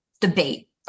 debate